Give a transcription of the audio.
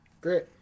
great